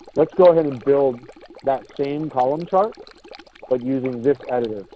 let's go ahead and build that same column chart by using this editor.